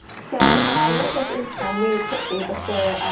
so i logged onto instagram really quickly before